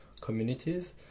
communities